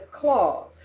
clause